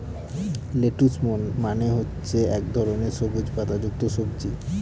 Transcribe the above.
lettuce মানে হচ্ছে এক ধরনের সবুজ পাতা যুক্ত সবজি